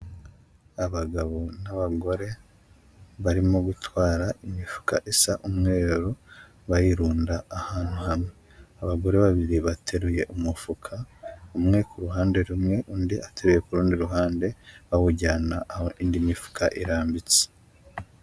Abagabo n'abagore barimo gutwara imifuka isa umweru, bayirunda ahantu hamwe, abagore babiri bateruye umufuka, umwe ku ruhande rumwe, undi ateruye ku rundi ruhande bawujyana aho indi mifuka irambitse.